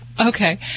Okay